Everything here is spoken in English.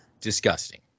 Disgusting